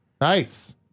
Nice